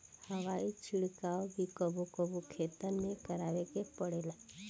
हवाई छिड़काव भी कबो कबो खेतन में करावे के पड़ेला